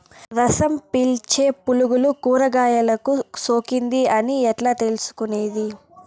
రసం పీల్చే పులుగులు కూరగాయలు కు సోకింది అని ఎట్లా తెలుసుకునేది?